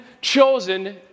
chosen